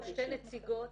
נציגות,